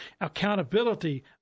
accountability